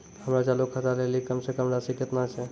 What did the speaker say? हमरो चालू खाता लेली कम से कम राशि केतना छै?